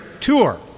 tour